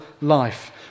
life